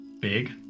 big